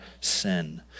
sin